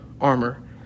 armor